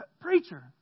preacher